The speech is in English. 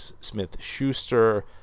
Smith-Schuster